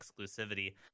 exclusivity